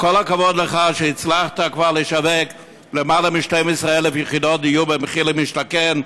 וכל הכבוד לך שהצלחת כבר לשווק יותר מ-12,000 יחידות דיור במחיר למשתכן: